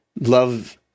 love